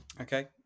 Okay